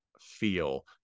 feel